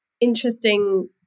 interesting